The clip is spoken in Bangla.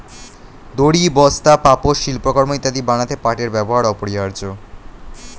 দড়ি, বস্তা, পাপোশ, শিল্পকর্ম ইত্যাদি বানাতে পাটের ব্যবহার অপরিহার্য